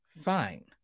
Fine